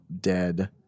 dead